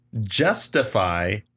Justify